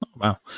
Wow